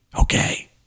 Okay